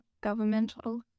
governmental